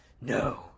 No